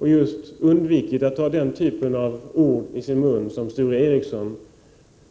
Han har undvikit att ta just den typ av ord, som Sture Ericson